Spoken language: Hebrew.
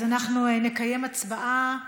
אז אנחנו נקיים הצבעה.